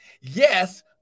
yes